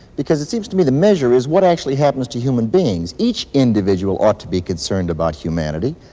because it seems to me the measure is what actually happens to human beings. each individual ought to be concerned about humanity.